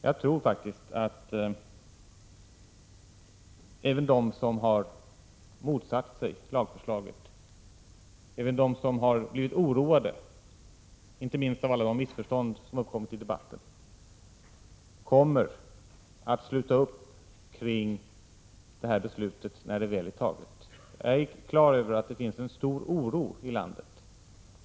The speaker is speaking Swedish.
Jag tror faktiskt att även de som har motsatt sig lagförslaget och även de som har blivit oroade, inte minst av alla missförstånd som har uppstått i debatten, kommer att sluta upp kring riksdagsbeslutet när det väl är fattat. Jag är på det klara med att det finns en stor oro i landet.